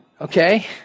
okay